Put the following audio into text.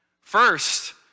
First